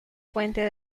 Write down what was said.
puente